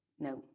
No